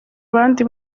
abandi